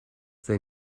they